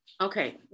Okay